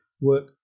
work